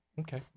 Okay